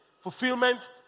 Fulfillment